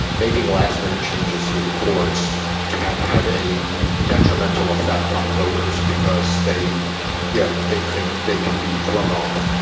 making last minute changes through the courts can have a detrimental effect on voters because they know yeah they can they can be thrown off.